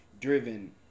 Driven